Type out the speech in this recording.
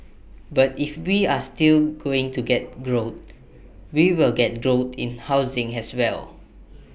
but if we are still going to get growth we will get growth in housing as well